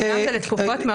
וגם זה לתקופות מאוד קצרות.